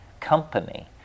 company